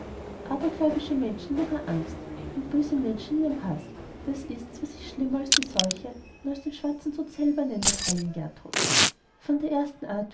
abergläubische menschen in ihrer angst und böse menschen in ihrem haß das ist's was ich schlimmer als die seuche und als den schwarzen tod selber nenne fräulein gertrud von der ersten art